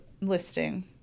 listing